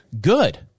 good